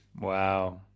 Wow